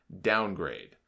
downgrade